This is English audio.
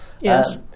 Yes